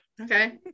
Okay